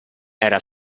era